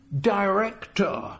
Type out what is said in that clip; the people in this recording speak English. director